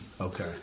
Okay